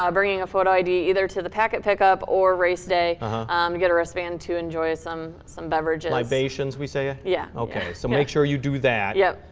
ah bring a photo id, either to the packet pickup or race day. you um get a wristband to enjoy some some beverage. and libations, we say. yeah. okay, so make sure you do that. yep.